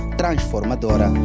transformadora